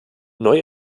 neu